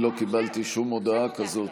אני לא קיבלתי שום הודעה כזאת.